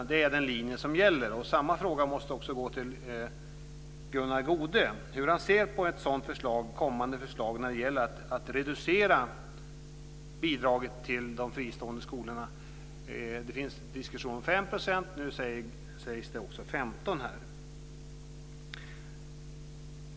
Är det den linje som gäller? Samma fråga måste också gå till Gunnar Goude. Hur ser han på ett sådant kommande förslag om att reducera bidraget till de fristående skolorna? Det finns diskussioner om 5 %, och nu nämns också 15 % här.